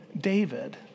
David